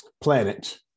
planet